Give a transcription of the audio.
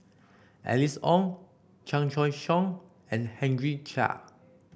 Alice Ong Chan Choy Siong and Henry Chia